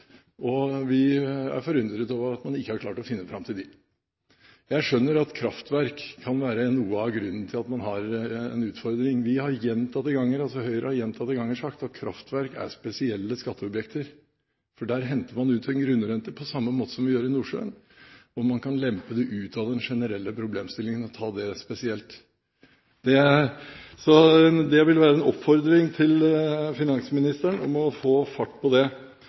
og vi er forundret over at man ikke har klart å finne fram til dem. Jeg skjønner at kraftverk kan være noe av grunnen til at man har en utfordring. Høyre har gjentatte ganger sagt at kraftverk er spesielle skatteobjekter, for der henter man ut en grunnrente på samme måte som vi gjør i Nordsjøen, og man kan lempe det ut av den generelle problemstillingen og ta det spesielt. Så det vil være en oppfordring til finansministeren, å få fart på det.